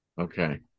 Okay